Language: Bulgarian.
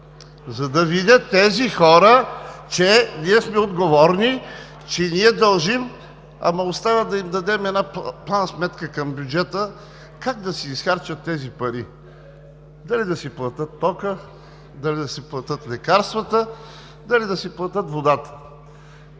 за да видят тези хора, че ние сме отговорни, че ние дължим… Ама остава да им дадем една план-сметка към бюджета как да си изхарчат тези пари – дали да си платят тока, дали да си платят лекарствата, дали да си платят водата.